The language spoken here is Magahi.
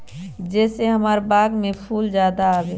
जे से हमार बाग में फुल ज्यादा आवे?